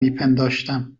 میپنداشتم